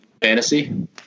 fantasy